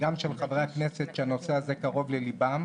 וגם של חברי הכנסת שהנושא הזה קרוב ללבם,